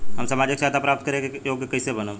हम सामाजिक सहायता प्राप्त करे के योग्य कइसे बनब?